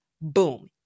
Boom